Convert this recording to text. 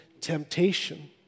temptation